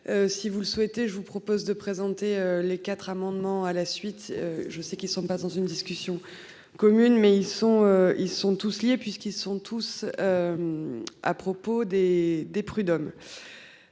Si vous le souhaitez je vous propose de présenter les quatre amendements à la suite. Je sais qu'ils sont pas dans une discussion commune mais ils sont, ils sont tous liés puisqu'ils sont tous. À propos des des prud'hommes.